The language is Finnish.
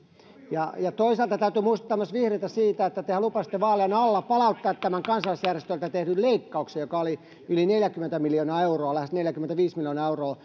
toisaalta täytyy muistuttaa myös vihreitä siitä että tehän lupasitte vaalien alla palauttaa tämän kansalaisjärjestöiltä tehdyn leikkauksen joka oli yli neljäkymmentä miljoonaa euroa lähes neljäkymmentäviisi miljoonaa euroa